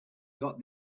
got